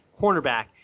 cornerback